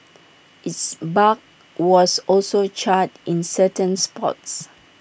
its bark was also charred in certain spots